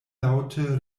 laŭte